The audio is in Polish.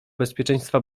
bezpieczeństwa